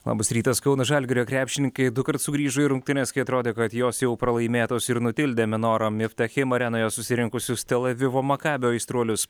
labas rytas kauno žalgirio krepšininkai dukart sugrįžo į rungtynes kai atrodė kad jos jau pralaimėtos ir nutildė menora mivtachim arenoje susirinkusius tel avivo makabio aistruolius